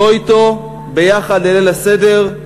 בוא אתו יחד לליל הסדר,